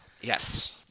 Yes